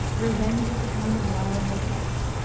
revenge is a kind of wild justice.